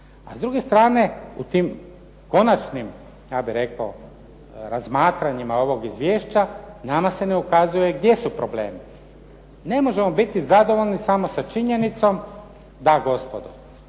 A s druge strane u tim konačnim ja bih rekao razmatranjima ovog izvješća nama se ne ukazuje gdje su problemi. Ne možemo biti zadovoljni samo sa činjenicom, da gospodo